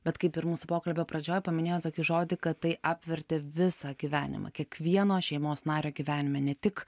bet kaip ir mūsų pokalbio pradžioj paminėjot tokį žodį kad tai apvertė visą gyvenimą kiekvieno šeimos nario gyvenime ne tik